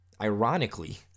Ironically